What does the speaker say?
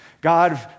God